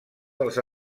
dels